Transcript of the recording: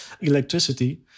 electricity